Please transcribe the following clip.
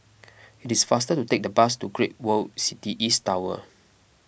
it is faster to take the bus to Great World City East Tower